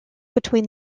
between